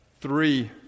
three